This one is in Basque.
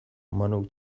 manuk